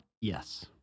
Yes